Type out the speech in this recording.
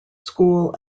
school